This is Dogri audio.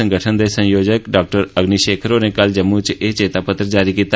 संगठन दे संयोजक डा अग्निशेखर होरें कल जम्मू च ए चेतापत्र जारी कीता